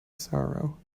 sorrow